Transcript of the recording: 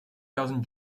cousin